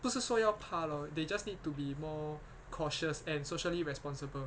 不是说要怕 lor they just need to be more cautious and socially responsible